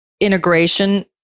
Integration